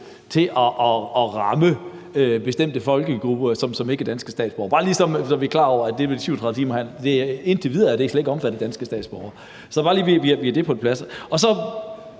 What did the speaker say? til at ramme bestemte grupper, som ikke er danske statsborgere – bare lige, så vi er klar over, at det med de 37 timer indtil videre slet ikke omfatter danske statsborgere. Så bare vi lige har det på plads.